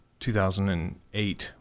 2008